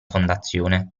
fondazione